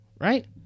right